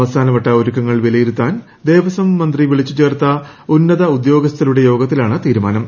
അവസാനവട്ട ഒരുക്കങ്ങൾ വിലയിരുത്താൻ ദേവസ്വം മന്ത്രി വിളിച്ചു ചേർത്ത ഉന്നതോദ്യോഗസ്ഥരുടെ യോഗത്തിലാണ് വെർച്ചൽ തീരുമാനം